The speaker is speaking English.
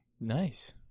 Nice